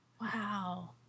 Wow